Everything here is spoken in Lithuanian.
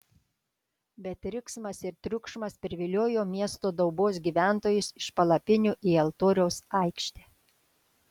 bet riksmas ir triukšmas priviliojo miesto daubos gyventojus iš palapinių į altoriaus aikštę